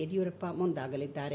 Yediyurappa ಮುಂದಾಗಲಿದ್ದಾರೆ